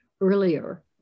earlier